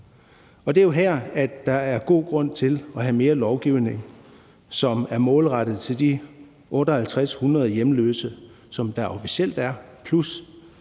Det er jo her, der er god grund til at have mere lovgivning, som er målrettet de 5.800 hjemløse, der officielt er, plus